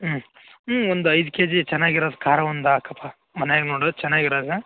ಹ್ಞೂ ಹ್ಞೂ ಒಂದು ಐದು ಕೆ ಜಿ ಚೆನ್ನಾಗಿರೋದು ಖಾರ ಒಂದು ಹಾಕಪ್ಪ ಮನ್ಯಾಗ ನೋಡೋದು ಚೆನ್ನಾಗಿರೋದು